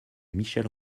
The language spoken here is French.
michel